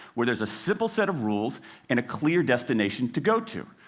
where there is a simple set of rules and a clear destination to go to.